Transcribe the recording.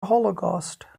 holocaust